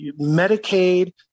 Medicaid